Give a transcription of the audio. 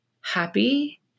happy